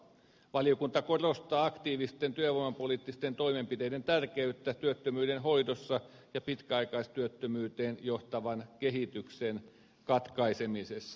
valiokunta korostaa työvoimapoliittisten aktiivitoimenpiteiden tärkeyttä työttömyyden hoidossa ja pitkäaikaistyöttömyyteen johtavan kehityksen katkaisemisessa